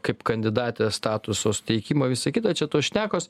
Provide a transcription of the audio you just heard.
kaip kandidatės statuso suteikimą visa kita čia tos šnekos